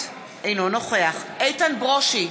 אינו נוכח איתן ברושי,